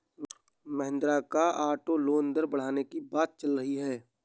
महिंद्रा का auto loan दर बढ़ने की बात चल रही है